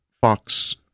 Fox